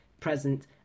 present